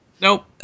nope